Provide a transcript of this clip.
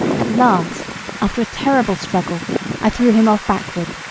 at last after a terrible struggle i threw him off backward.